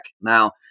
now